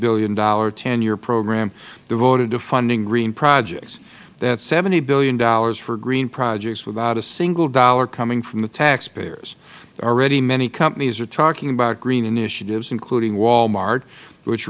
billion ten year program devoted to funding green projects that is seventy dollars billion for green projects without a single dollar coming from the taxpayers already many companies are talking about green initiatives including wal mart which